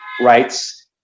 rights